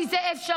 כי זה אפשרי.